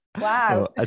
Wow